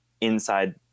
inside